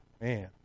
Man